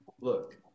look